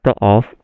off